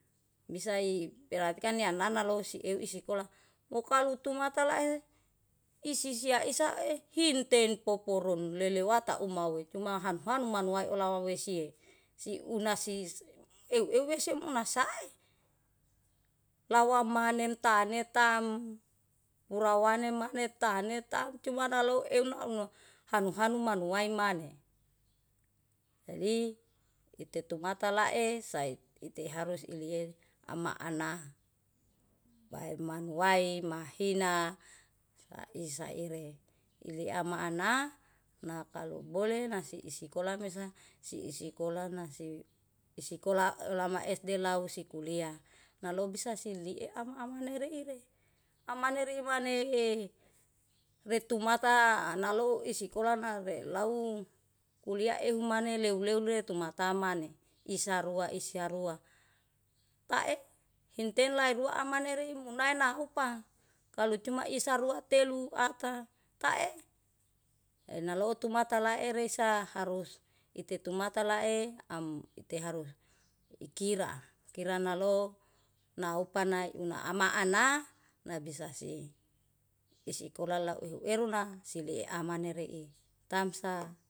Bisa i berarti kan ya nanalosi euw isikola, mukalu tumata lae isisia isae hinte poporono lelewata umawe. Cuma hanu-hanu manuwae olawa wehsie, si unas si euw-euw wese muna sae. Lauwa manenta netaem urawane mane tane-tane taem, cuma nalaou eunarno hanu-hanu manuain mane. jadi itetumata saet, iteharus ile ama ana bae manuai, mahina, lai saire. Ile ama ana nakalu bole na isikola mesa, seisikola nasi isikola lama esde lauw sikuliah, nalo bisa silie ama-amane reire. Amani rei maneee retumata nalo isikola nare lau kuliah ehumane, leu-leu tumatamane. Isaruwa-isaruwa tae, hinte larua amanere munana upa. Kalu cuma isa rua telu ata, tae enalotu mata lae resa harus itetumata lae am ite harus ikira. Ikira nalo naupa nai unama ana naibisa sei isikola lau ehueruna siliamani rei tamsah.